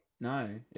No